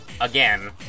again